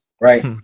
right